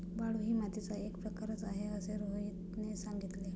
वाळू ही मातीचा एक प्रकारच आहे असे रोहितने सांगितले